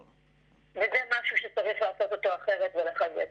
-- וזה משהו שצריך לעשות אותו אחרת ולחזק.